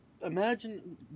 imagine